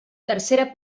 tercera